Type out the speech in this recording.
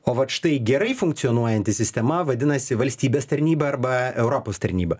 o vat štai gerai funkcionuojanti sistema vadinasi valstybės tarnyba arba europos tarnyba